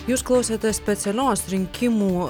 jūs klausotės specialios rinkimų